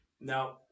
now